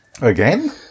Again